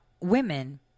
women